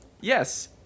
Yes